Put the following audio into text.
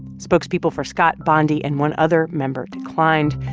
spokespeople for scott, bondi and one other member declined.